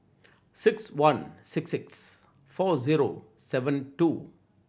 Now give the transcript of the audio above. six one six six four zero seven two